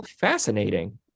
Fascinating